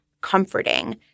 comforting